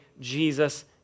Jesus